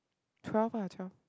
twelve ah twelve